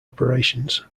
operations